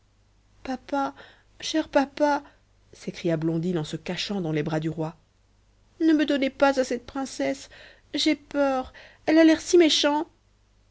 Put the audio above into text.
papa cher papa s'écria blondine en se cachant dans les bras du roi ne me donnez pas à cette princesse j'ai peur elle a l'air si méchant